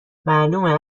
معلومه